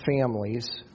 families